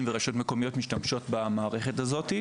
ורשויות מקומיות משתמשים במערכת הזאת.